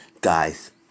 Guys